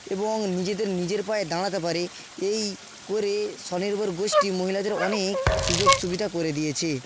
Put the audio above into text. এবং নিজেদের নিজের পায়ে দাঁড়াতে পারে এই করে স্বনির্ভর গোষ্টী মহিলাদের অনেক সুযোগ সুবিধা করে দিয়েছে